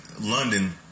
London